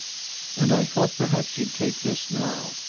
and i thought perhaps you'd take this now.